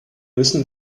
müssen